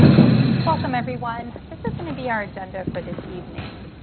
welcome everyone. this is going to be our agenda for this evening.